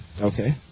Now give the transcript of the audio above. Okay